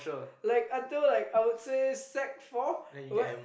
like until like I would say sec four what